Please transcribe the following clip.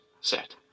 set